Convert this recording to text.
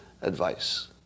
advice